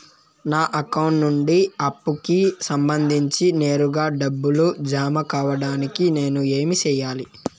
నా అకౌంట్ నుండి అప్పుకి సంబంధించి నేరుగా డబ్బులు జామ కావడానికి నేను ఏమి సెయ్యాలి?